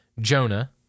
Jonah